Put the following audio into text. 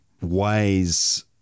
ways